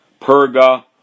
Perga